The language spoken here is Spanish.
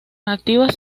activas